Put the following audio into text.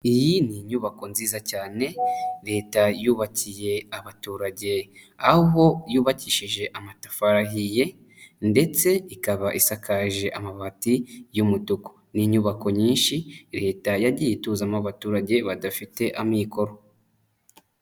Iyi ni inyubako nziza cyane Leta yubakiye abaturage, aho yubakishije amatafari ahiye ndetse ikaba isakaje amabati y'umutuku. Ni inyubako nyinshi Leta yagiye ituzamo abaturage badafite amikoro.